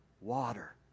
water